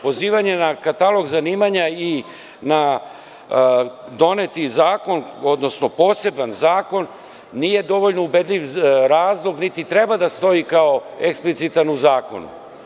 Pozivanje na katalog zanimanja i na doneti zakon, odnosno poseban zakon nije dovoljno ubedljiv razlog, niti treba da stoji kao eksplicitan u zakonu.